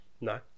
no